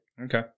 Okay